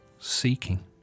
seeking